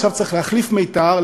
עכשיו צריך להחליף מיתר,